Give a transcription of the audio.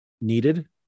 needed